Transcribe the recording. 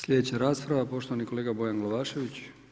Slijedeća rasprava, poštovani kolega Bojan Glavašević.